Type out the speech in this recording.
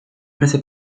prese